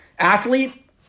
Athlete